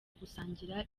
gusangira